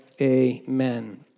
Amen